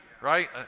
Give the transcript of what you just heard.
right